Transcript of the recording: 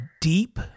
deep